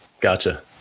Gotcha